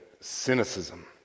cynicism